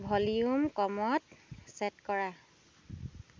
volume কমত set কৰা